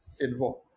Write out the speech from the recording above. involved